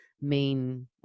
main